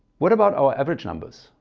what about our average numbers?